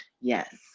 yes